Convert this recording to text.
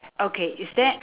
okay is there